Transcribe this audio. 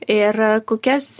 ir kokias